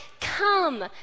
Come